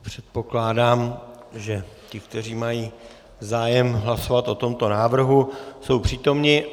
Předpokládám, že ti, kteří mají zájem hlasovat o tomto návrhu, jsou přítomni.